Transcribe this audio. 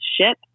ship